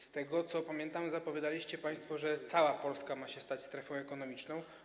Z tego, co pamiętam, zapowiadaliście państwo, że cała Polska ma się stać strefą ekonomiczną.